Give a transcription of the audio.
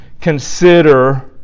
consider